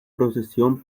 procesión